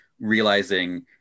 realizing